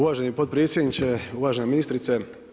Uvaženi potpredsjedniče, uvažena ministrice.